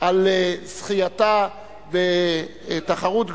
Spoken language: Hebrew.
על זכייתה בתחרות גדולה,